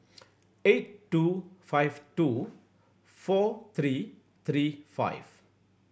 eight two five two four three three five